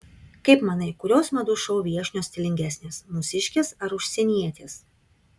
kaip manai kurios madų šou viešnios stilingesnės mūsiškės ar užsienietės